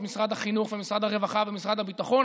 אז במשרד החינוך ומשרד הרווחה ומשרד הביטחון,